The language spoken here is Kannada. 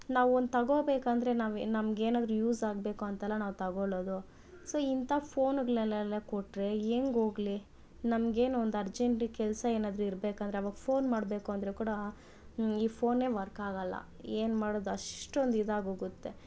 ನಾವೊಂದು ತೊಗೋಬೇಕೆಂದ್ರೆ ನಾವು ನಮಗೇನಾದ್ರು ಯೂಸ್ ಆಗಬೇಕು ಅಂತಲ್ವ ನಾವು ತೊಗೊಳ್ಳೋದು ಸೊ ಇಂಥ ಫೋನ್ಗಳೆಳೆಲ್ಲ ಕೊಟ್ರೆ ಹೆಂಗೆ ಹೋಗ್ಲಿ ನಮಗೇನೊ ಒಂದು ಅರ್ಜೆಂಟ್ ಕೆಲಸ ಏನಾದರು ಇರಬೇಕೆಂದ್ರೆ ಅವಾಗ ಫೋನ್ ಮಾಡಬೇಕು ಅಂದರೆ ಕೂಡ ಈ ಫೋನೆ ವರ್ಕ್ ಆಗೊಲ್ಲ ಏನು ಮಾಡೋದು ಅಷ್ಟೊಂದು ಇದಾಗೋಗುತ್ತೆ